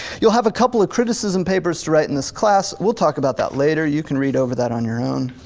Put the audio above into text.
you'll have a couple of criticism papers to write in this class. we'll talk about that later, you can read over that on your own.